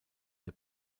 der